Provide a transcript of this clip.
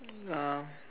um